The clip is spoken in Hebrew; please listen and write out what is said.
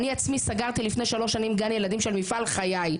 אני עצמי סגרתי לפני שלוש שנים גן ילדים של מפעל חיי,